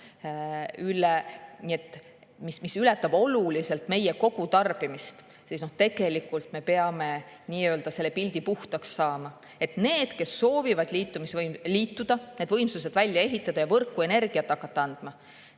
need ületavad oluliselt meie kogutarbimist –, me peame nii‑öelda selle pildi puhtaks saama, et need, kes soovivad liituda, need võimsused välja ehitada ja võrku energiat hakata andma,